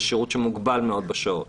זה שירות שמוגבל מאוד בשעות.